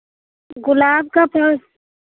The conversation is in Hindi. गुलाब का पड़